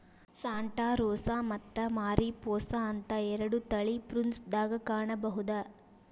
Santa Rosa ಮತ್ತ Mariposa ಅಂತ ಎರಡು ತಳಿ ಪ್ರುನ್ಸ್ ದಾಗ ಕಾಣಬಹುದ